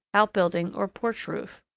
outbuilding, or porch roof.